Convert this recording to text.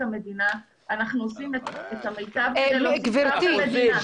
מדינה אנחנו עושים את המיטב -- גברתי,